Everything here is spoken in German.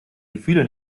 gefühle